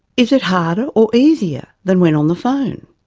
is it harder or easier than when on the phone?